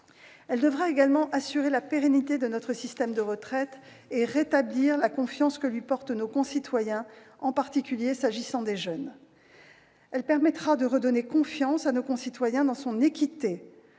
Elle devra également assurer la pérennité de notre système de retraite et rétablir la confiance que lui portent nos concitoyens, en particulier les jeunes. Elle permettra de redonner confiance à nos concitoyens dans son équité.